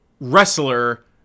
wrestler